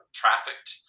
trafficked